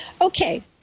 Okay